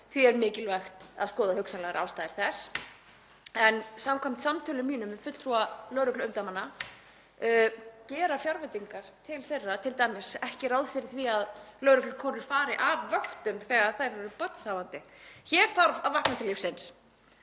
því er mikilvægt að skoða hugsanlegar ástæður þess. Samkvæmt samtölum mínum við fulltrúa lögregluumdæmanna gera fjárveitingar til þeirra t.d. ekki ráð fyrir því að lögreglukonur fari af vöktum þegar þær eru barnshafandi. Hér þarf að vakna til lífsins.